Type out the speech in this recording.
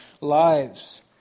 lives